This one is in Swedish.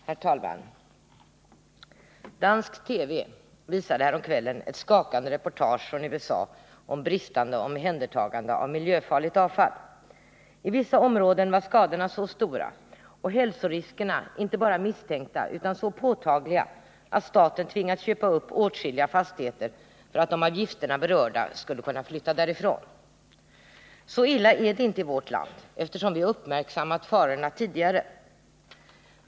Herr talman! Dansk TV visade häromkvällen ett skakande reportage från USA om bristande omhändertagande av miljöfarligt avfall. I vissa områden var skadorna så stora och hälsoriskerna inte bara misstänkta utan så påtagliga att staten tvingats köpa upp åtskilliga fastigheter för att de av gifterna berörda skulle kunna flytta därifrån. Så illa är det inte i vårt land, eftersom vi har uppmärksammat farorna tidigare.